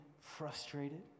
frustrated